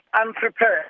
unprepared